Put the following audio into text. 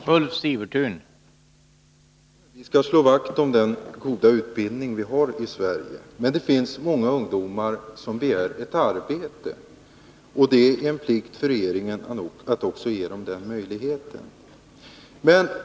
Herr talman! Vi skall slå vakt om den goda utbildning vi har i Sverige. Men det finns många ungdomar som begär ett arbete, och det är en plikt för regeringen att också ge dem den möjligheten.